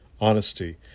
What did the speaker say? honesty